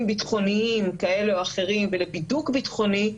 ביטחוניים כאלה או אחרים ולבידוק ביטחוני,